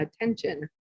attention